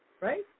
Right